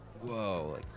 whoa